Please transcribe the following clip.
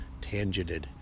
tangented